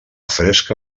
fresca